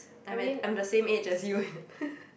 I'm at I'm the same age as you